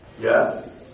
Yes